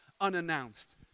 unannounced